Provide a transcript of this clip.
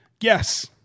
Yes